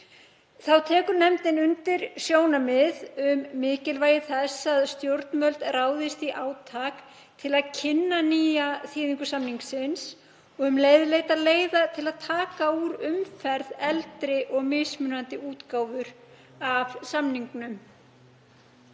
Þá tekur nefndin undir sjónarmið um mikilvægi þess að stjórnvöld ráðist í átak til að kynna nýja þýðingu samningsins og um leið leita leiða til að taka úr umferð eldri og mismunandi útgáfur af samningnum.